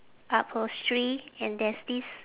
upholstery and there's this